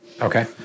Okay